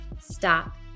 Stop